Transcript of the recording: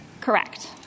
Correct